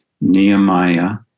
Nehemiah